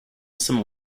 some